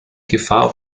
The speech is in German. gefahr